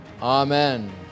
Amen